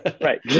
Right